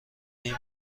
این